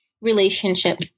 relationship